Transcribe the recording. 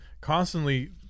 constantly